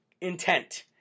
intent